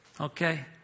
Okay